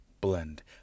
Blend